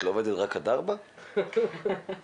את לא עובדת רק עד 4:00 אחר הצוהריים?